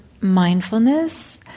mindfulness